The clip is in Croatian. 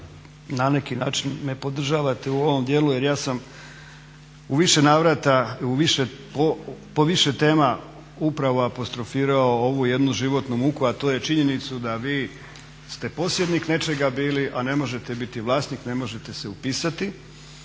na neki način podržali u ovom djelu jer ja sam u više navrata po više tema upravo apostrofirao ovu jednu životnu muku a to je činjenicu da vi ste posjednik nečega bili a ne možete biti vlasnik, ne možete se upisati